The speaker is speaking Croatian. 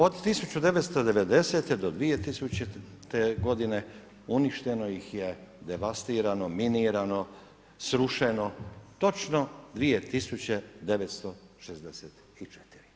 Od 1990. do 2000. godine uništeno ih je, devastirano, minirano, srušeno, točno 2964.